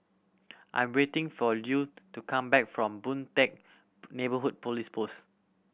I am waiting for Lue to come back from Boon Teck Neighbourhood Police Post